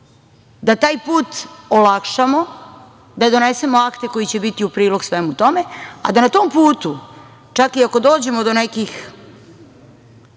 da taj put olakšamo, da donesemo akte koji će biti u prilog svemu tome, a da na tom putu čak i ako dođemo do nekih